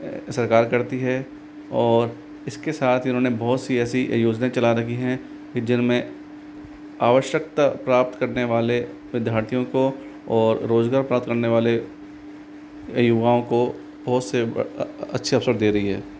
सरकार करती है और इसके साथ इन्होंने बहुत सी ऐसी योजना चला रखी हैं कि जिनमें आवश्यकता प्राप्त करने वाले विद्यार्थियों को और रोज़गार प्राप्त करने वाले युवाओं को बहुत से अच्छे अवसर दे रही है